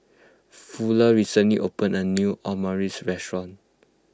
Fuller recently opened a new Omurice restaurant